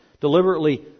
deliberately